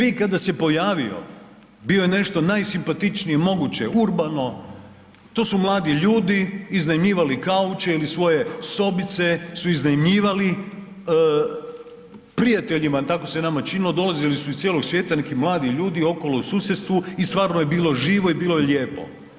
Airbnb kada se pojavio bio je nešto najsimpatičnije moguće, urbano, to su mladi ljudi iznajmljivali kauče ili svoje sobice su iznajmljivali prijateljima tako se je nama činilo, dolazilo su iz cijelog svijeta neki mladi ljudi okolo u susjedstvu i stvarno je bilo živo i bilo je lijepo.